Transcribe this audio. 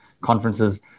conferences